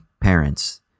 parents